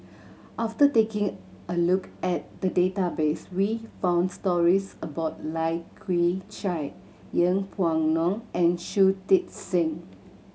after taking a look at the database we found stories about Lai Kew Chai Yeng Pway Ngon and Shui Tit Sing